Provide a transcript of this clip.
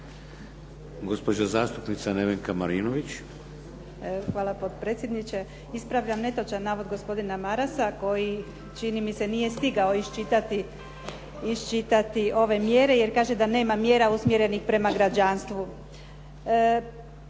Hvala potpredsjedniče. Ispravljam netočan navod gospodina Marasa koji čini mi se nije stigao iščitati ove mjere jer kaže da nema mjera usmjerenih prema građanstvu.